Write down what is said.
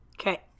Okay